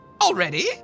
Already